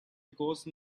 because